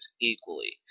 equally